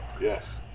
Yes